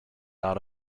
out